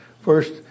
first